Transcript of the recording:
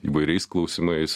įvairiais klausimais